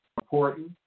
important